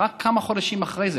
רק כמה חודשים אחרי זה,